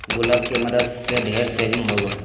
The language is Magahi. गुल्लक के मदद से ढेर सेविंग होबो हइ